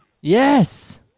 Yes